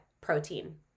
protein